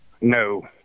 No